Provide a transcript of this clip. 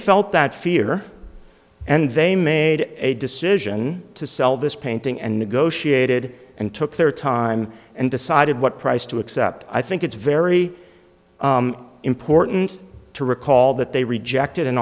felt that fear and they made a decision to sell this painting and negotiated and took their time and decided what price to accept i think it's very important to recall that they rejected an